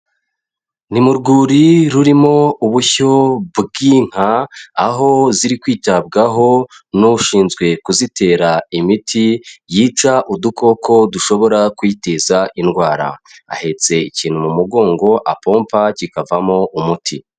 Ni mu rwuri rurimo ubushyo bw'inka aho ziri kwitabwaho n'ushinzwe kuzitera imiti yica udukoko dushobora kuyiteza indwara, ahetse ikintu mu mugongo apompa kikavamo umuti.